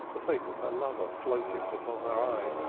the face of her lover floated before her eyes,